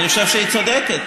אני חושב שהיא צודקת.